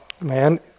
man